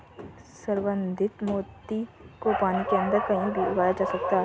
संवर्धित मोती को पानी के अंदर कहीं भी उगाया जा सकता है